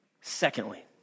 Secondly